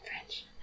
French